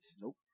Nope